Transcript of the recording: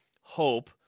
hope